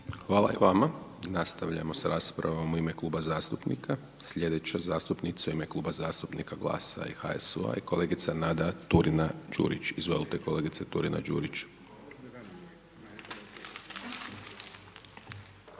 Hvala i vama. Nastavljamo s raspravom u ime kluba zastupnika. Slijedeća zastupnica u ime Kluba zastupnika GLAS-a i HSU-a je kolegica Nada Turina-Đurić. Izvolite kolegice Turina-Đurić.